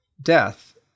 death